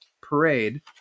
parade